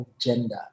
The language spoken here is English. gender